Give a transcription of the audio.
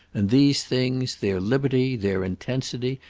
and these things, their liberty, their intensity,